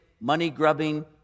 money-grubbing